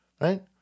right